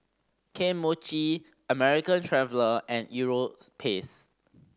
Kane Mochi American Traveller and Europace